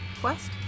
quest